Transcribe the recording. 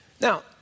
Now